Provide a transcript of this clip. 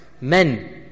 Men